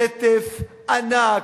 שטף ענק,